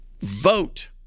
vote